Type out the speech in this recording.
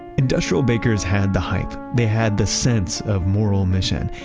industrial bakers had the hype, they had the sense of moral mission,